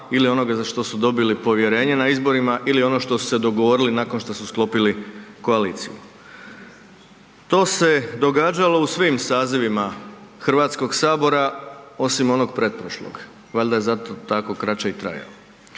ili onoga za što su dobili povjerenje na izborima ili ono što su se dogovorili nakon što su sklopili koaliciju. To se događalo u svim sazivima HS osim onog pretprošlog, valjda je zato tako kraće i trajao.